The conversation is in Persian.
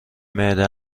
معده